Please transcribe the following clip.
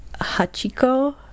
Hachiko